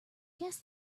guess